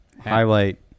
highlight